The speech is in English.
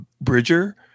bridger